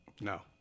No